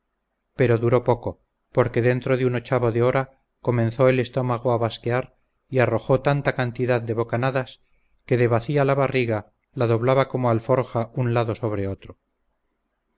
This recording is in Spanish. pero duró poco porque dentro de un ochavo de hora comenzó el estómago a basquear y arrojó tanta cantidad de bocanadas que de vacía la barriga la doblaba como alforja un lado sobre otro